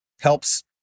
Helps